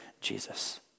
Jesus